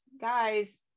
guys